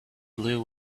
blew